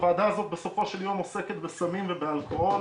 הוועדה הזאת בסופו של יום עוסקת בסמים ובאלכוהול